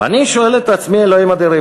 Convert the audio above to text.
ואני ושואל את עצמי: אלוהים אדירים,